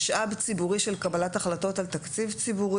הם מקבלים איזשהו משאב ציבורי של קבלת החלטות על תקציב ציבורי.